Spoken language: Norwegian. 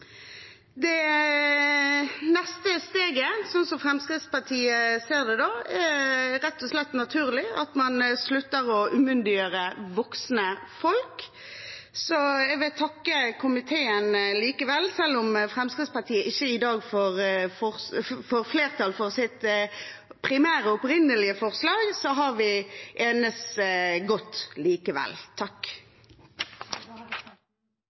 Det neste steget, sånn Fremskrittspartiet ser det, er rett og slett naturlig, at man slutter å umyndiggjøre voksne folk. Jeg vil takke komiteen likevel. Selv om Fremskrittspartiet i dag ikke får flertall for sitt primære, opprinnelige forslag, har vi enes godt likevel.